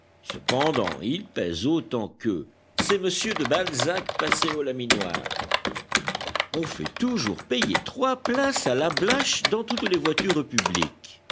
cependant il pèse autant qu'eux c'est m de balzac passé au laminoir on fait toujours payer trois places à lablache dans toutes les voitures publiques